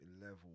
level